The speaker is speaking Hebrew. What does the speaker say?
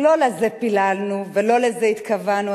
כי לא לזה פיללנו ולא לזה התכוונו,